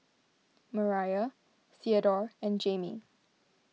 Mariah theadore and Jamey